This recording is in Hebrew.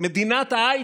במדינת ההייטק,